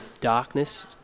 darkness